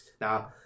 Now